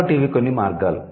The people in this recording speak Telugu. కాబట్టి ఇవి కొన్ని మార్గాలు